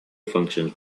functions